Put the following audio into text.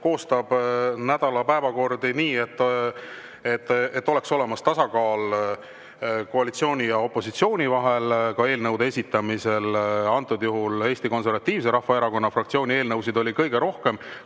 koostab nädala päevakorra nii, et oleks tasakaal koalitsiooni ja opositsiooni vahel, ka eelnõude esitamise poolest. Antud juhul oli Eesti Konservatiivse Rahvaerakonna fraktsiooni eelnõusid kõige rohkem.